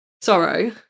Sorrow